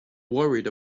worried